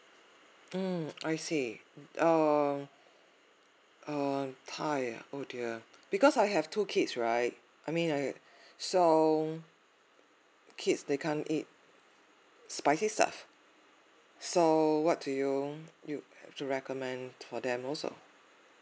mm I see err uh thai ah oh dear because I have two kids right I mean I so kids they can't eat spicy stuff so what do you you have to recommend for them also